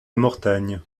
mortagne